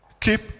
keep